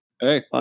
Hey